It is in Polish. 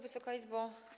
Wysoka Izbo!